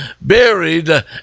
buried